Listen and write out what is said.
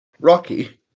Rocky